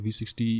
V60